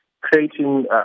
creating